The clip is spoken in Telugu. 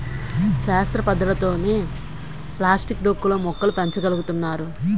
శాస్త్ర పద్ధతులతోనే ప్లాస్టిక్ డొక్కు లో మొక్కలు పెంచ గలుగుతున్నారు